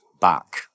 back